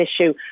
issue